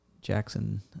Jackson